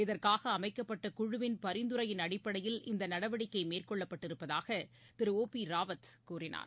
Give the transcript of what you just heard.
இதற்காகஅமைக்கப்பட்டகுழுவின் பரிந்துரையின் அடப்படையில் இந்தநடவடிக்கைமேற்கொள்ளப்பட்டிருப்பதாகதிரு ஓ பிராவத் கூறினார்